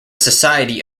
society